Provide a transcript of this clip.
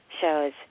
Shows